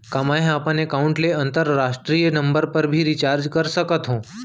का मै ह अपन एकाउंट ले अंतरराष्ट्रीय नंबर पर भी रिचार्ज कर सकथो